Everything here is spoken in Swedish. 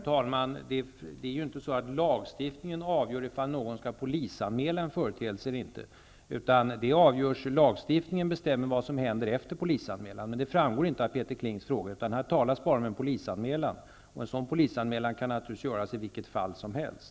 Fru talman! Lagstiftningen avgör inte om någon skall polisanmäla en företeelse eller inte. I lagstiftningen bestäms vad som händer efter polisanmälan. Det framgår inte av Peter Klings fråga. Här talas bara om en polisanmälan, och en sådan polisanmälan kan naturligtvis göras i vilket fall som helst.